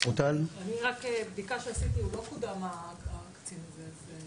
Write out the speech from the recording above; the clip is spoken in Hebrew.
אני רק, מהבדיקה שעשיתי, הוא לא קודם הקצין הזה.